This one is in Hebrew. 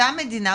אותה מדינה,